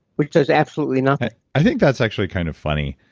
which does absolutely nothing i think that's actually kind of funny.